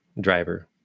driver